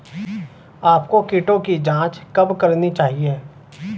आपको कीटों की जांच कब करनी चाहिए?